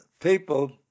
People